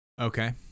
Okay